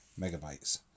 megabytes